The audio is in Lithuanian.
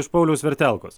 iš pauliaus vertelkos